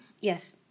Yes